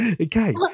Okay